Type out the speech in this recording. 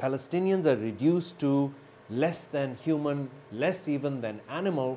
palestinians are reduced to less than human less even than animal